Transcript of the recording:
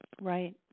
Right